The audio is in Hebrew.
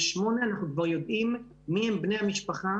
בשמונה אנחנו כבר יודעים מיהם בני המשפחה.